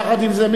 יחד עם זה,